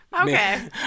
Okay